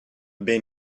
been